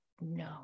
no